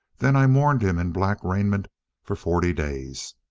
then i mourned him in black raiment for forty days.